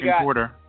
quarter